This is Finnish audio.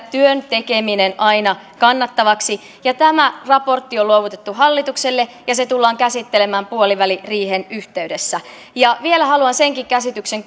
työn tekeminen aina kannattavaksi tämä raportti on luovutettu hallitukselle ja se tullaan käsittelemään puoliväliriihen yhteydessä vielä haluan yhden käsityksen